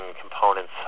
components